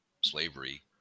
slavery